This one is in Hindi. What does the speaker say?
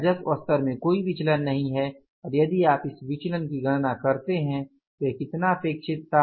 राजस्व स्तर में कोई विचलन नहीं है और यदि आप इस विचलन की गणना यहाँ करते हैं तो यह कितना अपेक्षित था